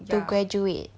to graduate